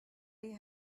you